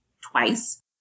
twice